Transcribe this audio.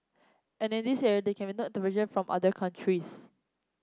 and in this area there can be no from other countries